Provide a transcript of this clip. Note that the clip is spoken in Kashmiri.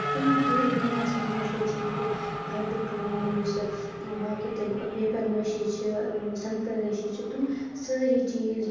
تِم پوٗرٕ دُنیاہَس منٛز مَشہوٗر چھِ ییٚتیٚکۍ فردٕ کٲم یُس باقی تِم پیپر مٲشی چھِ سَنگ تَرٲشی چھِ تِم سٲری چیٖز